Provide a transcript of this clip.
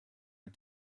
had